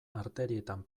arterietan